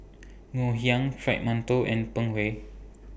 Ngoh Hiang Fried mantou and Png Kueh